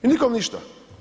I nikome ništa.